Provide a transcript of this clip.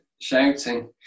shouting